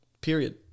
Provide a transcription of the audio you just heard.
period